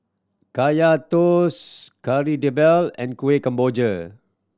Kaya Toast Kari Debal and Kuih Kemboja